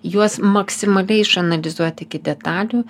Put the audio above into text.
juos maksimaliai išanalizuot iki detalių